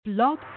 Blog